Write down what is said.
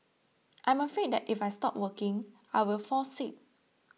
I am afraid that if I stop working I will fall sick